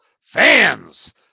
fans